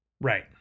right